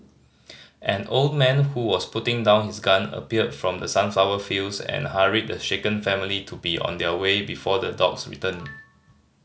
an old man who was putting down his gun appeared from the sunflower fields and hurried the shaken family to be on their way before the dogs return